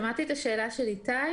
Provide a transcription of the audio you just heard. שמעתי את השאלה של איתי,